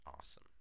Awesome